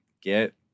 get